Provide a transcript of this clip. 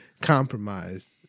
compromised